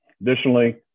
Additionally